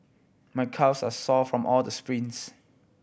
my calves are sore from all the sprints